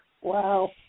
Wow